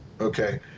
Okay